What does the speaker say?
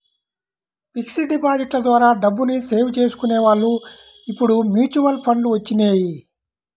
fixed డిపాజిట్ల ద్వారా డబ్బుని సేవ్ చేసుకునే వాళ్ళు ఇప్పుడు మ్యూచువల్ ఫండ్లు వచ్చినియ్యి